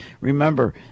remember